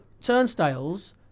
turnstiles